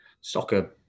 soccer